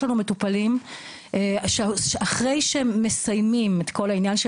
יש לנו מטופלים אחרי שהם מסיימים את כל העניין של